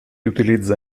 utilizza